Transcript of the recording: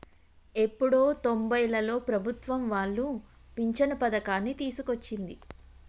ఎప్పుడో తొంబైలలో ప్రభుత్వం వాళ్లు పించను పథకాన్ని తీసుకొచ్చింది